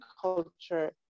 culture